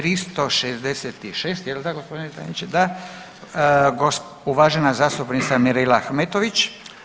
366, jel da gospodine tajniče, da uvažena zastupnica Mirela Ahmetović.